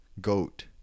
goat